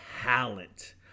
talent